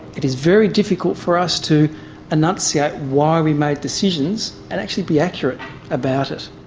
it is very difficult for us to enunciate why we made decisions and actually be accurate about it.